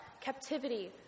captivity